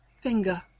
finger